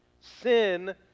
Sin